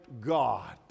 God